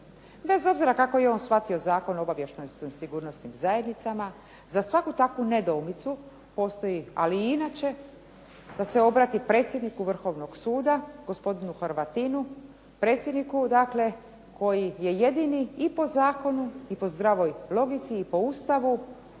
Bez obzira kako je on shvatio Zakon o obavještajno-sigurnosnim zajednicama za svaku takvu nedoumicu postoji, ali i inače da se obrati predsjedniku Vrhovnog suda, gospodinu Hrvatinu, predsjedniku koji je jedini i po zakonu i po zdravoj logici i po Ustavu,